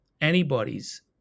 antibodies